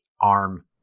ARM